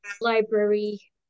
library